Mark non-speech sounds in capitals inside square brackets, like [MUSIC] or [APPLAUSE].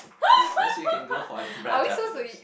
yes we can go for [LAUGHS] brunch after this